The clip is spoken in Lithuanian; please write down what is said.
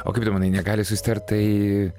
o kaip tu manai negali susitart tai